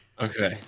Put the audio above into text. Okay